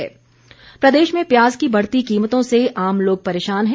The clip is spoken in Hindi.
प्याज प्रदेश में प्याज की बढ़ती कीमतों से आम लोग परेशान हैं